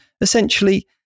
Essentially